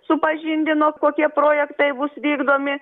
supažindino kokie projektai bus vykdomi